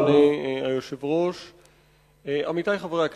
אדוני היושב-ראש, עמיתי חברי הכנסת,